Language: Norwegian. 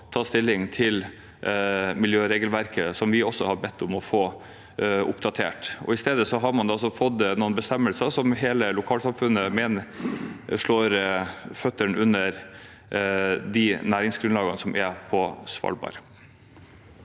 så ta stilling til miljøregelverket, som vi også har bedt om å få oppdatert. I stedet har man fått noen bestemmelser hele lokalsamfunnet mener slår føttene under de næringsgrunnlagene som er på Svalbard.